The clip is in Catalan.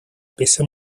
peça